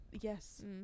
Yes